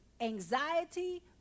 anxiety